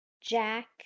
Jack